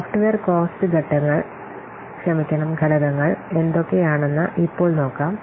software cost ഘടകങ്ങൾ എന്തൊക്കെയാണെന്ന് ഇപ്പോൾ നോക്കാം